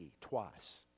twice